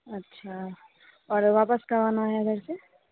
अच्छा और वापस कब आना है जैसे